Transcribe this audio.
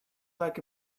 like